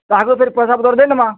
ତାକୁ ଫିର୍ ପଇସା ପତର୍ ଦେଇ ଦେମା